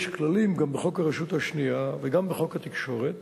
יש כללים גם בחוק הרשות השנייה וגם בחוק התקשורת